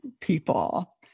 people